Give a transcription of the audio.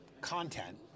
content